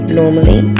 normally